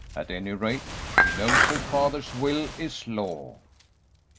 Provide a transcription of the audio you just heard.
at any rate, she knows her father's will is law.